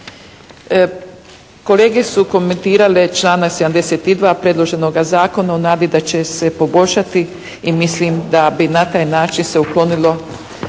Kolege su komentirale članak 72. predloženoga zakona u nadi da će se poboljšati. I mislim da bi na taj način se uklonilo